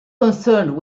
concerned